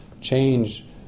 change